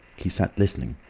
he sat listening.